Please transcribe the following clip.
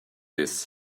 this